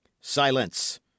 silence